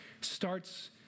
starts